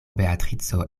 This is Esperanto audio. beatrico